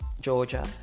Georgia